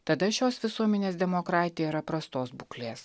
tada šios visuomenės demokratija yra prastos būklės